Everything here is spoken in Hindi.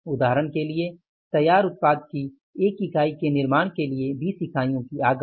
उदहारण के लिए तैयार उत्पाद की 1 इकाई के निर्माण के लिए 20 इकाइयाँ की आगत